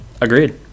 agreed